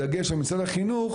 בדגש על משרד החינוך,